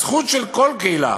הזכות של כל קהילה